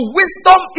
wisdom